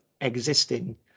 existing